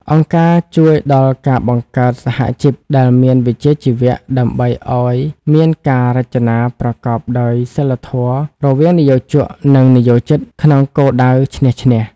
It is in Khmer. អង្គការជួយដល់ការបង្កើតសហជីពដែលមានវិជ្ជាជីវៈ ដើម្បីឱ្យមានការចរចាប្រកបដោយសីលធម៌រវាងនិយោជក និងនិយោជិត ក្នុងគោលដៅឈ្នះ-ឈ្នះ។